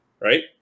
right